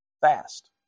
fast